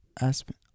Aspen